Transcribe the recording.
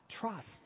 trust